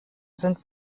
sind